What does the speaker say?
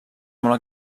molt